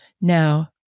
Now